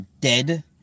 dead